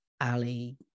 Ali